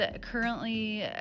currently